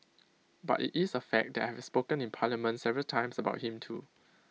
but IT is A fact that I have spoken in parliament several times about him too